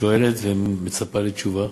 שואלת ומצפה לתשובה.